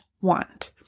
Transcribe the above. want